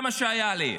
זה מה שהיה לי.